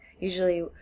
usually